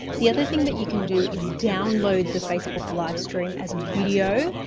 the other thing that you can do is download the facebook livestream as a video,